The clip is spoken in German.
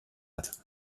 hat